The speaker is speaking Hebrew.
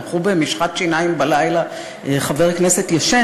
מרחו במשחת שיניים בלילה חבר כנסת ישן?